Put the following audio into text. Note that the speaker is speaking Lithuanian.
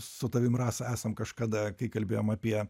su tavim rasa esam kažkada kai kalbėjom apie